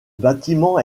bâtiment